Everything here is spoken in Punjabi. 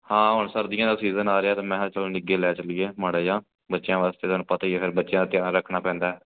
ਹਾਂ ਹੁਣ ਸਰਦੀਆਂ ਦਾ ਸੀਜ਼ਨ ਆ ਰਿਹਾ ਅਤੇ ਮੈਂ ਕਿਹਾ ਚਲੋ ਨਿੱਘੇ ਲੈ ਚੱਲੀਏ ਮਾੜਾ ਜਿਹਾ ਬੱਚਿਆਂ ਵਾਸਤੇ ਤੁਹਾਨੂੰ ਪਤਾ ਹੀ ਹੈ ਫਿਰ ਬੱਚਿਆਂ ਦਾ ਧਿਆਨ ਰੱਖਣਾ ਪੈਂਦਾ